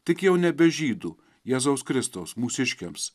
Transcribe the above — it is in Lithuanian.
tik jau nebe žydų jėzaus kristaus mūsiškiams